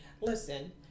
Listen